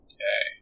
Okay